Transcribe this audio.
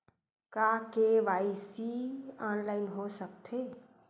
का KYC online हो सकथे?